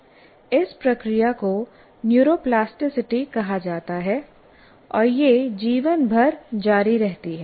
इस प्रक्रिया को न्यूरोप्लास्टिसिटी कहा जाता है और यह जीवन भर जारी रहती है